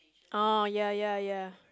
oh ya ya ya